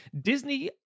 disney